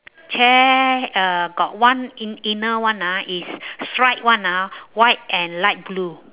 chair uh got one in~ inner one ah is stripe one ah white and light blue